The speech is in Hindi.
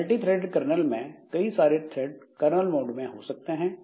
मल्टीथ्रेडेड कर्नल में कई सारे थ्रेड कर्नल मोड में हो सकते हैं